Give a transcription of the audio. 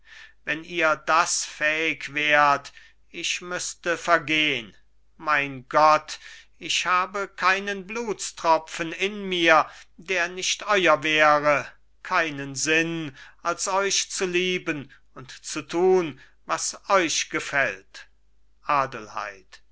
wenn ihr das fähig wärt ich müßte vergehn mein gott ich habe keinen blutstropfen in mir der nicht euer wäre keinen sinn als euch zu lieben und zu tun was euch gefällt adelheid